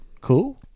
Cool